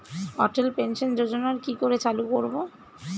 অটল pension যোজনার কি করে চালু করব?